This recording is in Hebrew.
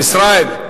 ישראל.